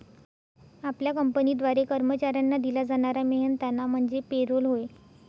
आपल्या कंपनीद्वारे कर्मचाऱ्यांना दिला जाणारा मेहनताना म्हणजे पे रोल होय